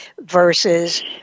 versus